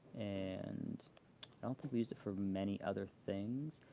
and i don't think we used it for many other things.